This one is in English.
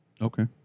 Okay